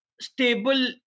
stable